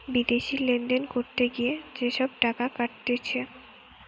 বিদেশি লেনদেন করতে গিয়ে যে সব টাকা কাটতিছে